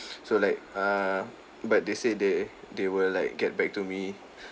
so like err but they say they they will like get back to me